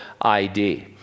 ID